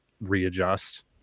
readjust